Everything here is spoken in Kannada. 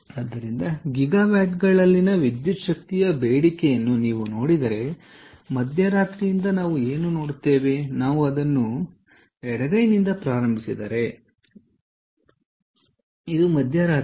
ಆದ್ದರಿಂದ ಗಿಗಾ ವ್ಯಾಟ್ಗಳಲ್ಲಿನ ವಿದ್ಯುತ್ ಶಕ್ತಿಯ ಬೇಡಿಕೆಯನ್ನು ನೀವು ನೋಡಿದರೆ ಮಧ್ಯರಾತ್ರಿಯಿಂದ ನಾವು ಏನು ನೋಡುತ್ತೇವೆ ನಾವು ಅದನ್ನು ಎಡಗೈಯಿಂದ ಪ್ರಾರಂಭಿಸಿದರೆ ಇದು ಮಧ್ಯರಾತ್ರಿ